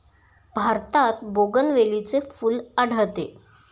भारतात बोगनवेलीचे फूल आढळते